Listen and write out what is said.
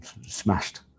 smashed